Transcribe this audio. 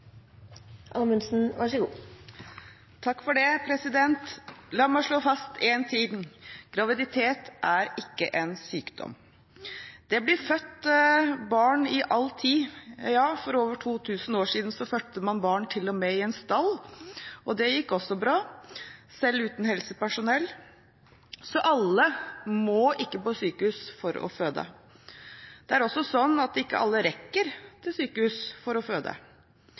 ikke en sykdom. Det har blitt født barn til alle tider. Ja, for over 2 000 år siden fødte man barn til og med i en stall. Det gikk også bra, selv uten helsepersonell. Alle må ikke på sykehus for å føde. Det er også sånn at ikke alle rekker til sykehus for å føde.